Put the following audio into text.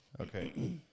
Okay